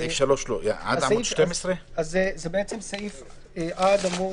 בדף שלפניכם זה עד עמוד